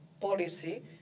policy